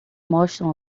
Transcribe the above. mostram